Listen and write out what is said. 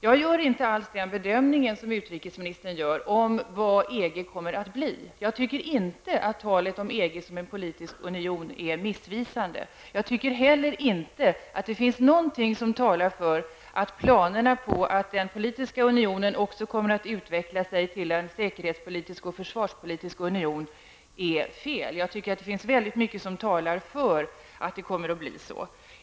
Jag gör inte samma bedömning som utrikesministern gör om vad EG kommer att bli. Jag tycker inte att talet om EG som en politisk union är missvisande, och jag tycker inte heller att det finns något som talar för att planerna på att den politiska unionen också kommer att utveckla sig till en säkerhetspolitisk och försvarspolitisk union är felaktiga. Det finns mycket som talar för att det kommer att bli så.